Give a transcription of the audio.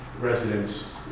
residents